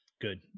good